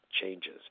changes